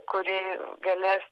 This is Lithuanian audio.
kurį galės